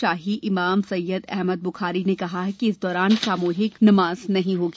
शाही इमाम सैय्यद अहमद बुखारी ने कहा कि इस दौरान सामुहिक नवाज नहीं होगी